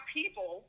people